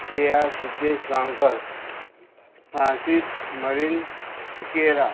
Sheya Suddesh Gaonkar Francis Marin Sequeira